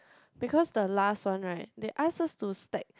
because the last one right they ask us to stack